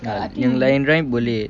yang lain ride boleh